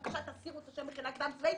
בבקשה תסירו מיד את השם מכינה קדם צבאית.